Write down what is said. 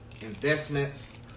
investments